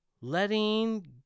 letting